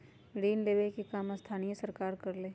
ऋण लेवे के काम स्थानीय सरकार करअलई